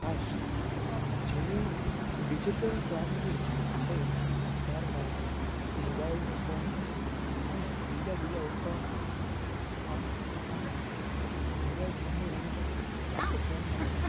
ખાસ જેવી ડિજિટલ ક્રાંતિ થઈ ત્યારબાદ મોબાઇલ ફોન અને બીજા બીજા ઉપકરણો આમ અને મોબાઈલ ફોનની રમતો પ્રચલનમાં આવી